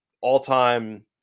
all-time